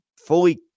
fully